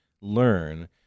learn